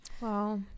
Wow